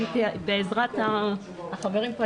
ובעזרת החברים פה,